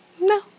no